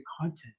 content